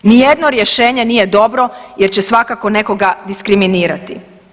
Ni jedno rješenje nije dobro jer će svakako nekoga diskriminirati.